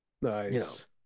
nice